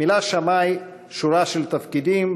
מילא שמאי שורה של תפקידים,